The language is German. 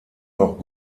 noch